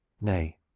Nay